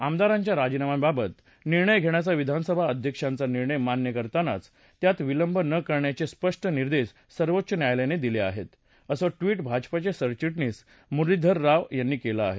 आमदारांच्या राजीनाम्याबाबत निर्णय घेण्याचा विधानसभा अध्यक्षांचा निर्णय मान्य करतानाच त्यात विलंब न करण्याचे स्पष्ट निर्देश सर्वोच्च न्यायालयानं दिले आहेत असं ट्वीट भाजपाचे सरचिटणीस मुरलीधर राव यांनी केलं आहे